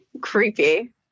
creepy